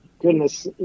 goodness